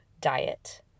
diet